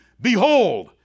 Behold